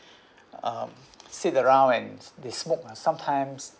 um sit around and they smoke uh sometimes